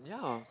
yeah